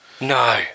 No